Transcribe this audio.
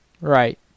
right